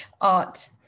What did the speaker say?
art